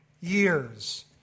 years